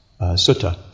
sutta